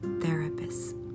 therapist